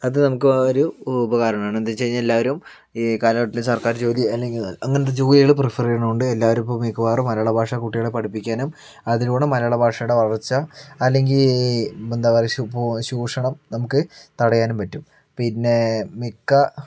അത് നമുക്ക് ഒരു ഉപകാരമാണ് കാരണം എന്താ വച്ച് കഴിഞ്ഞാൽ എല്ലാവരും ഈ കാലഘട്ടത്തില് സർക്കാർ ജോലി അല്ലെങ്കിൽ അങ്ങനത്തെ ജോലികള് പ്രിഫർ ചെയ്യണതുകൊണ്ട് എല്ലാവരും ഇപ്പോൾ മിക്കവാറും മലയാളഭാഷ കുട്ടികളെ പഠിപ്പിക്കാനും അതിലൂടെ മലയാള ഭാഷയുടെ വളർച്ച അല്ലെങ്കിൽ എന്താ പറയുക ചൂഷണം നമുക്കു തടയാനും പറ്റും പിന്നെ മിക്ക